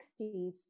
1960s